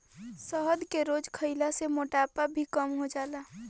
शहद के रोज खइला से मोटापा भी कम हो जाला